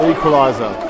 Equaliser